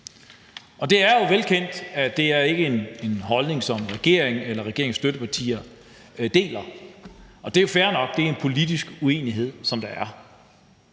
Det er jo velkendt, at det ikke er en holdning, som regeringen eller regeringens støttepartier deler, og det er jo fair nok, at der er den politiske uenighed. Vi havde